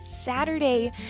Saturday